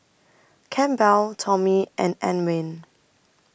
Campbell Tommie and Antwain